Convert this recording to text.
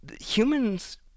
humans